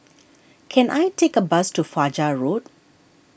can I take a bus to Fajar Road